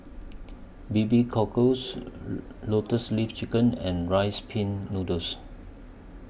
B B Cockles Lotus Leaf Chicken and Rice Pin Noodles